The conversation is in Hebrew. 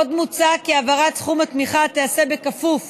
עוד מוצע כי העברת סכום התמיכה תיעשה בכפוף